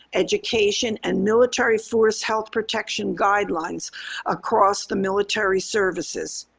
education and military force health protection guidelines across the military services.